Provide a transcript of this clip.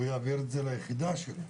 והוא יעביר את זה ליחידה שלו.